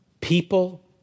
People